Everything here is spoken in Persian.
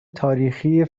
تاریخی